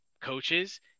coaches